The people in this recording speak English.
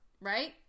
Right